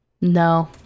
No